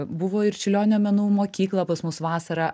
buvo ir čiurlionio menų mokykla pas mus vasarą